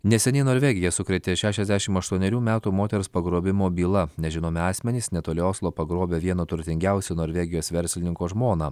neseniai norvegiją sukrėtė šešiasdešimt aštuonerių metų moters pagrobimo byla nežinomi asmenys netoli oslo pagrobė vieno turtingiausių norvegijos verslininko žmoną